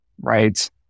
right